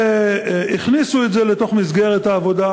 כשהכניסו את זה לתוך מסגרת העבודה,